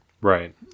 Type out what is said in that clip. Right